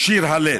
שיר הלל.